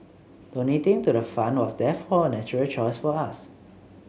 donating to the fund was therefore a natural choice for us